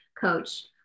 coach